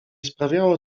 sprawiało